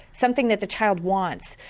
something that the child wants,